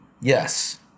Yes